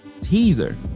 teaser